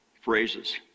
phrases